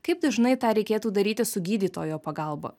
kaip dažnai tą reikėtų daryti su gydytojo pagalba